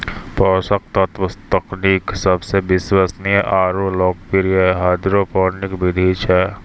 पोषक तत्व तकनीक सबसे विश्वसनीय आरु लोकप्रिय हाइड्रोपोनिक विधि छै